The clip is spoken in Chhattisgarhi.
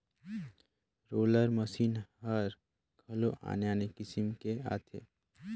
रोलर मसीन हर घलो आने आने किसम के आथे